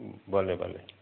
भले भले